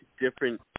different